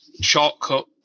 shortcut